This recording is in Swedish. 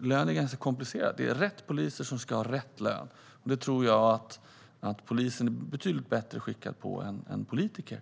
lön är ganska komplicerat. Rätt poliser ska ha rätt lön. För det tror jag att polisen är betydligt bättre skickad än politiker.